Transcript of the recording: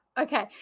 okay